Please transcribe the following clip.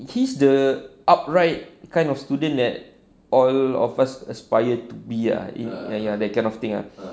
he's the upright kind of student that all of us aspire to be ah ya ya that kind of thing ah